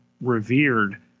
revered